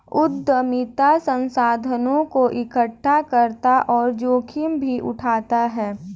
उद्यमिता संसाधनों को एकठ्ठा करता और जोखिम भी उठाता है